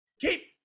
Keep